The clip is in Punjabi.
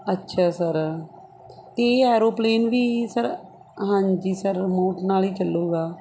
ਅੱਛਾ ਸਰ ਅਤੇ ਇਹ ਐਰੋਪਲੇਨ ਵੀ ਸਰ ਹਾਂਜੀ ਸਰ ਰਿਮੋਟ ਨਾਲ ਹੀ ਚੱਲੂਗਾ